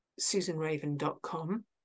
susanraven.com